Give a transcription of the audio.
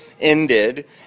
ended